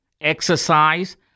exercise